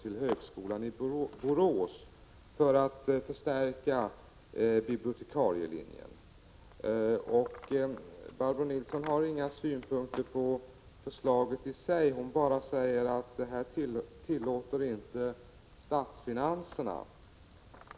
till högskolan i Borås för att förstärka bibliotekarielinjen. Barbro Nilsson har inga synpunkter på förslaget i sig. Hon bara säger att statsfinanserna inte tillåter detta.